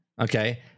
okay